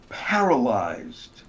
paralyzed